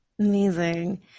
Amazing